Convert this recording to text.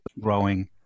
growing